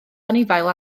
anifail